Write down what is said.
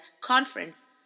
conference